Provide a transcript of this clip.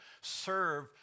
serve